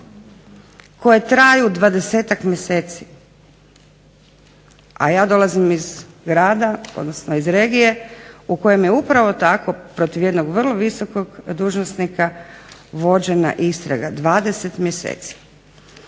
koje traju 20-tak mjeseci, a ja dolazim iz grada odnosno iz regije u kojem je upravo tako protiv jednog vrlo visokog dužnosnika vođena istraga 20 mjeseci.